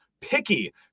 picky